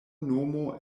nomo